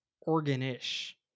organ-ish